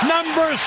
Number